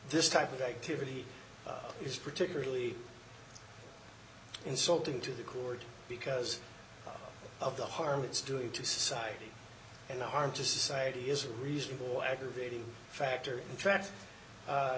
this type of activity is particularly insulting to the court because of the harm it's doing to society and the harm to society is a reasonable aggravating factor in tra